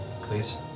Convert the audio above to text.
Please